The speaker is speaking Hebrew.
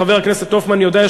חבר הכנסת הופמן יודע,